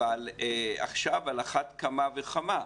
אבל עכשיו על אחת כמה וכמה.